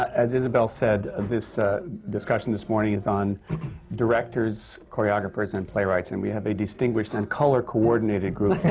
as isabelle said, ah this discussion this morning is on directors, choreographers and playwrights. and we have a distinguished and color-coordinated group